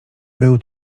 był